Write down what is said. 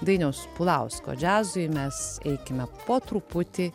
dainiaus pulausko džiazui mes eikime po truputį